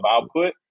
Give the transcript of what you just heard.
output